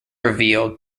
revealed